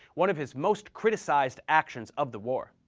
one of his most criticized actions of the war.